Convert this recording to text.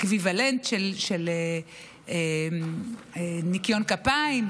אקוויוולנט של ניקיון כפיים,